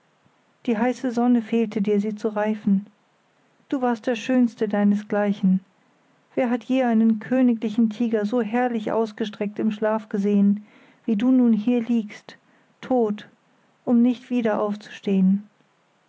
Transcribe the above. die heiße sonne fehlte dir sie zu reifen du warst der schönste deinesgleichen wer hat je einen königlichen tiger so herrlich ausgestreckt im schlaf gesehen wie du nun hier liegst tot um nicht wieder aufzustehen